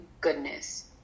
goodness